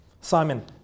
Simon